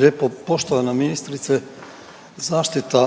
lijepo. Poštovana ministrice, zaštita